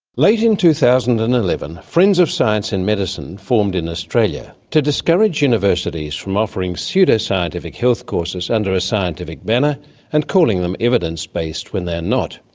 late in two thousand and eleven friends of science in medicine formed in australia to discourage universities from offering pseudoscientific health courses under a scientific banner and calling them evidence-based when they are not.